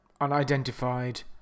unidentified